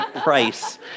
price